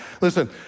Listen